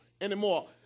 anymore